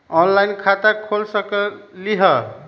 Online खाता खोल सकलीह?